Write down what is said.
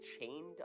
chained